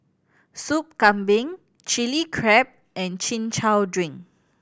Soup Kambing Chili Crab and Chin Chow drink